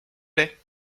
plait